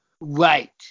right